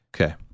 Okay